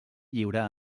lliure